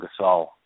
Gasol